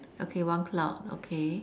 okay one cloud okay